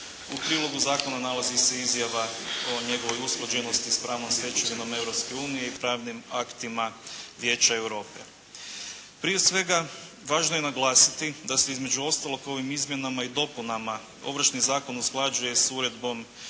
U prilogu zakona nalazi se izjava o njegovoj usklađenosti s pravnom stečevinom Europske unije i pravnim aktima Vijeća Europe. Prije svega, važno je naglasiti da se, između ostalog ovim izmjenama i dopunama Ovršni zakon usklađuje s uredbom